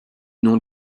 nom